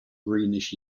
greenish